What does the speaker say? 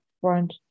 front